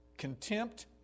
contempt